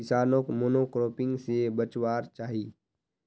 किसानोक मोनोक्रॉपिंग से बचवार चाही